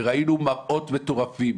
וראינו מראות מטורפים.